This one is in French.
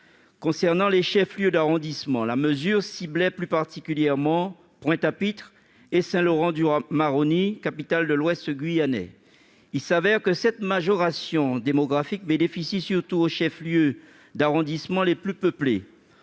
Concernant les chefs-lieux d'arrondissement, la mesure ciblait plus particulièrement Pointe-à-Pitre et Saint-Laurent-du-Maroni, capitale de l'ouest guyanais. Il se trouve que cette majoration démographique bénéficie surtout aux chefs-lieux d'arrondissement les plus peuplés.